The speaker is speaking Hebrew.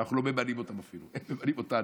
אנחנו לא ממנים אותם אפילו, הם ממנים אותנו.